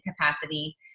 capacity